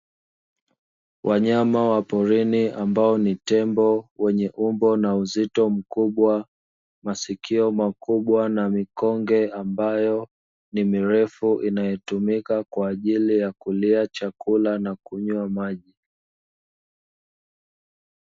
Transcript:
Wanyama wa porini ambao ni tembo wenye umbo na uzito mkubwa, masikio makubwa na mikonge ambayo ni mirefu inayotumika kwa ajili ya kulia chakula na kunywea maji.